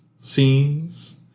scenes